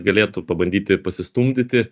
galėtų pabandyti pasistumdyti